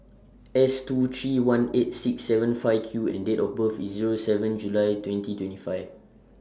S two three one eight six seven five Q and Date of birth IS Zero seven July twenty twenty five